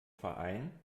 verein